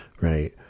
right